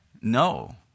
No